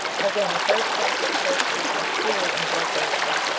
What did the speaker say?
again, a third class of persons are cruel and blood thirsty,